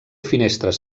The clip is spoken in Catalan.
finestres